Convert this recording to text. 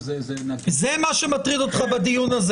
זה מה שמטריד אותך בדיון?